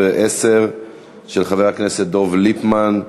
1710 של חבר הכנסת דב ליפמן: